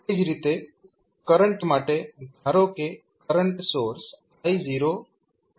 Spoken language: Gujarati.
એ જ રીતે કરંટ માટે ધારો કે કરંટ સોર્સ I0u છે